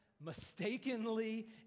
mistakenly